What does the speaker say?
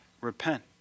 repent